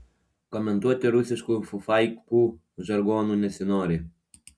komentuoti rusiškų fufaikų žargonu nesinori